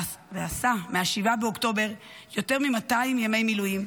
ומ-7 באוקטובר עשה יותר מ-200 ימי מילואים.